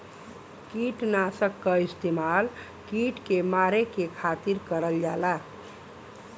किटनाशक क इस्तेमाल कीट के मारे के खातिर करल जाला